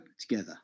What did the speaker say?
together